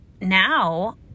now